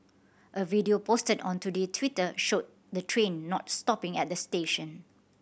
a video posted on Today Twitter showed the train not stopping at the station